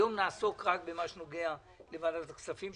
היום נעסוק רק במה שנוגע לוועדת הכספים,